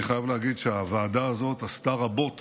אני חייב להגיד שהוועדה הזאת עשתה רבות